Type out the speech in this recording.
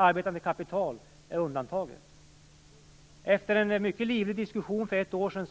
Arbetande kapital är undantaget. Efter en mycket livlig diskussion för ett år sedan